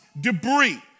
debris